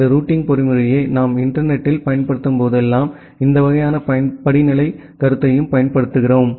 இந்த ரூட்டிங் பொறிமுறையை நாம் இன்டர்நெட் த்தில் பயன்படுத்தும்போதெல்லாம் இந்த வகையான படிநிலை கருத்தையும் பயன்படுத்துகிறோம்